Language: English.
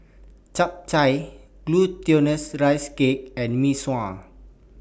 Chap Chai Glutinous Rice Cake and Mee Sua